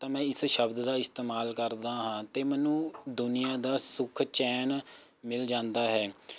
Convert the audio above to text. ਤਾਂ ਮੈਂ ਇਸ ਸ਼ਬਦ ਦਾ ਇਸਤੇਮਾਲ ਕਰਦਾ ਹਾਂ ਅਤੇ ਮੈਨੂੰ ਦੁਨੀਆ ਦਾ ਸੁੱਖ ਚੈਨ ਮਿਲ ਜਾਂਦਾ ਹੈ